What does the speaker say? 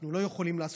אנחנו לא יכולים לעשות,